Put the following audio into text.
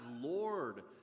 Lord